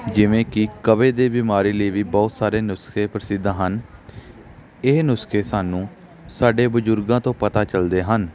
ਜਿਵੇਂ ਕਿ ਕਬਜ਼ ਦੀ ਬਿਮਾਰੀ ਲਈ ਵੀ ਬਹੁਤ ਸਾਰੇ ਨੁਸਖੇ ਪ੍ਰਸਿੱਧ ਹਨ ਇਹ ਨੁਸਖੇ ਸਾਨੂੰ ਸਾਡੇ ਬਜ਼ੁਰਗਾਂ ਤੋਂ ਪਤਾ ਚੱਲਦੇ ਹਨ